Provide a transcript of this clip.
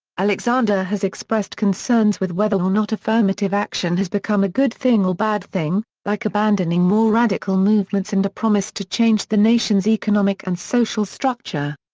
alexander has expressed concerns with whether or not affirmative action has become a good thing or bad thing, like abandoning more radical movements and a promise to change the nation's economic and social structure.